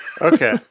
Okay